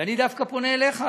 ואני דווקא פונה אליך,